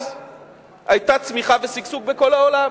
אז היו צמיחה ושגשוג בכל העולם.